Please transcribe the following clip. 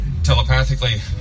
telepathically